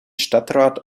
stadtrat